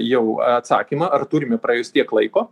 jau atsakymą ar turime praėjus tiek laiko